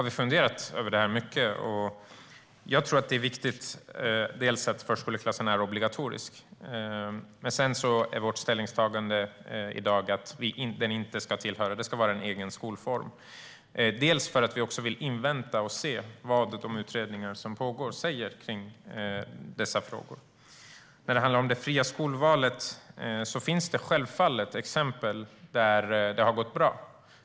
Vi tror att det är viktigt att förskoleklassen är obligatorisk, och vårt ställningstagande i dag är att den ska vara en egen skolform. Vi vill invänta och se vad de utredningar som pågår säger i dessa frågor. Vad gäller det fria skolvalet finns det självfallet exempel på där det har gått bra.